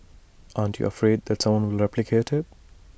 aren't you afraid that someone will replicate IT